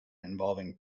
involving